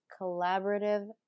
collaborative